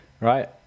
Right